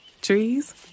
Trees